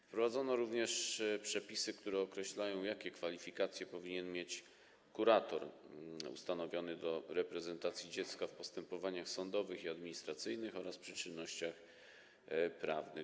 Wprowadzono również przepisy, które określają, jakie kwalifikacje powinien mieć kurator ustanowiony do reprezentacji dziecka w postępowaniach sądowych i administracyjnych oraz przy czynnościach prawnych.